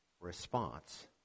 response